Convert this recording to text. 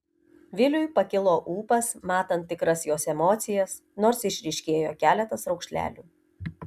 viliui pakilo ūpas matant tikras jos emocijas nors išryškėjo keletas raukšlelių